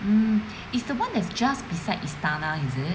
mm it's the one that's just beside istana is it